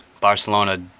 Barcelona